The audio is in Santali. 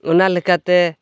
ᱚᱱᱟ ᱞᱮᱠᱟᱛᱮ